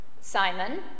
Simon